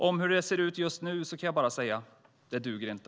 Om hur det ser ut just nu kan jag bara säga: Det duger inte!